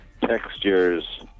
textures